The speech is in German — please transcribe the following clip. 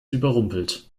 überrumpelt